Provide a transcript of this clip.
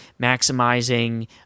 maximizing